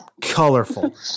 Colorful